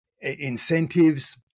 incentives